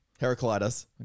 Heraclitus